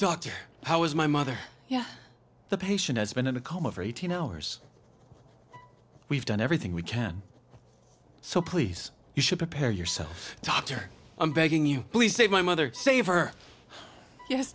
doctor how is my mother yeah the patient has been in a coma for eighteen hours we've done everything we can so please you should prepare yourself dr i'm begging you please save my mother save her yes